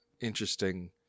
interesting